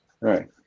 Right